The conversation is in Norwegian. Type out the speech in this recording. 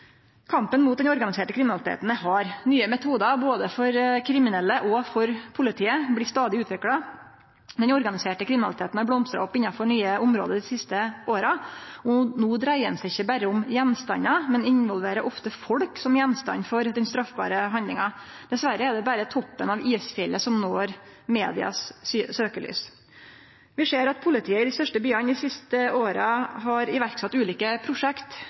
organiserte kriminaliteten er hard. Nye metodar, både for kriminelle og for politiet, blir stadig utvikla. Den organiserte kriminaliteten har blomstra opp innanfor nye område dei siste åra, og no dreier han seg ikkje berre om gjenstandar, men involverer ofte folk som gjenstand for den straffbare handlinga. Dessverre er det berre toppen av isfjellet som når medias søkjelys. Vi ser at politiet i dei største byane dei siste åra har sett i verk ulike prosjekt